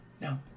No